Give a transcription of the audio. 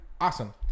awesome